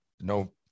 No